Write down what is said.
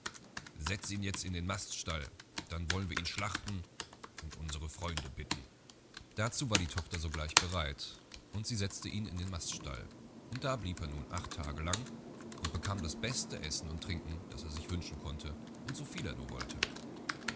setz ihn jetzt in den maststall dann wollen wir ihn schlachten und unsre freunde bitten dazu war die tochter sogleich bereit und sie setzte ihn in den maststall und da blieb er nun acht tage lang und bekam das beste essen und trinken das er sich wünschen konnte und so viel er nur wollte